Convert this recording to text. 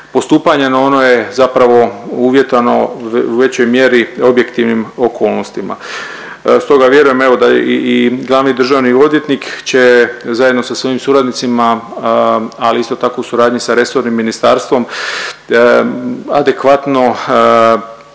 postupanja no ono je zapravo uvjetovano u većoj mjeri objektivnim okolnostima. Stoga vjerujem evo da i glavni državni odvjetnik će zajedno sa svojim suradnicima, ali isto tako u suradnji sa resornim ministarstvom adekvatno